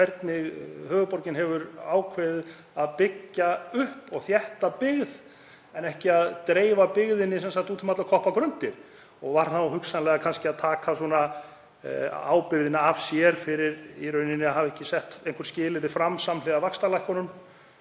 hvernig höfuðborgin hefði ákveðið að byggja upp og þétta byggð en ekki að dreifa byggðinni út um allar koppagrundir og var þá hugsanlega kannski að velta ábyrgðinni af sér fyrir að hafa ekki sett einhver skilyrði fram samhliða vaxtalækkunum